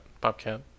Bobcat